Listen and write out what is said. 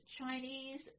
Chinese